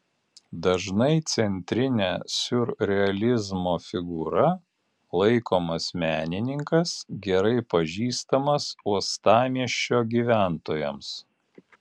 dažnai centrine siurrealizmo figūra laikomas menininkas gerai pažįstamas uostamiesčio gyventojams